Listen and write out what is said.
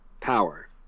power